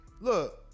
look